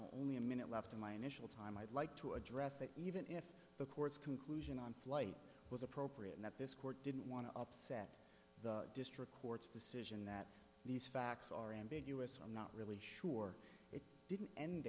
only a minute left in my initial time i'd like to address that even if the court's conclusion on flight was appropriate and that this court didn't want to upset the district court's decision that these facts are ambiguous i'm not really sure it didn't end